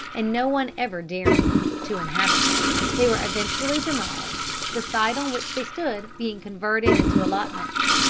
and no one ever daring to inhabit them, they were eventually demolished, the site on which they stood being converted into allotments.